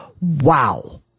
Wow